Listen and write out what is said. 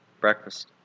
Breakfast